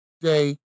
Day